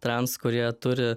tras kurie turi